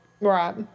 right